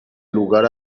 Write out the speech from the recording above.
lugar